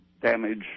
damage